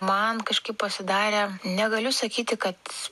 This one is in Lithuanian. man kažkaip pasidarė negaliu sakyti kad